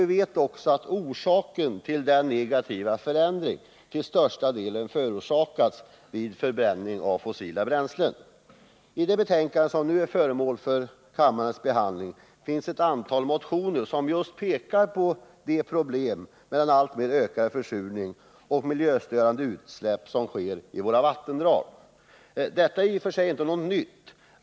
Vi vet också att denna negativa förändring till största delen förorsakas av förbränningen av fossila bränslen. I det nu föreliggande betänkandet behandlas ett antal motioner som pekar just på de problem som sammanhänger med den alltmer ökade försurningen av våra vattendrag och med det miljöstörande utsläpp som sker. Detta är i och för sig inte något nytt.